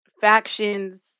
factions